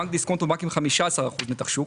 בנק דיסקונט הוא רק עם 15 אחוזים נתח שוק.